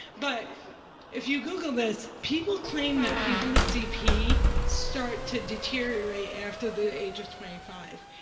but if you google this, people claim that people with cp start to deteriorate after the age of twenty five.